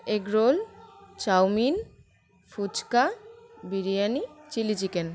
egg roll chow mein phuchka biryani chilli chicken